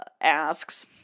asks